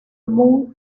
mount